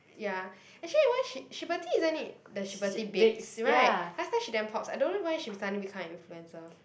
ya actually why she Shiberty isn't it the Shibertybakes [right] last time she damn pops I don't know why she suddenly become a influencer